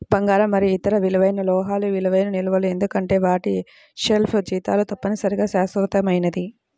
బంగారం మరియు ఇతర విలువైన లోహాలు విలువైన నిల్వలు ఎందుకంటే వాటి షెల్ఫ్ జీవితాలు తప్పనిసరిగా శాశ్వతమైనవి